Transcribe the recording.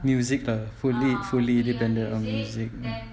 music lah fully fully dependent on music